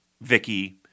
Vicky